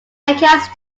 accounts